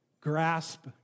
grasp